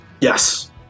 Yes